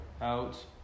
out